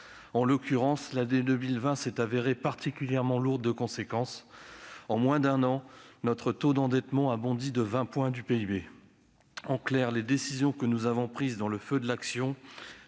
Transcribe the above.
En l'occurrence, l'année 2020 s'est avérée particulièrement lourde de conséquences. En moins d'un an, notre taux d'endettement a bondi de 20 points de PIB. En clair, les décisions que nous avons prises dans le feu de l'action